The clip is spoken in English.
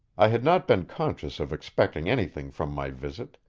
i had not been conscious of expecting anything from my visit,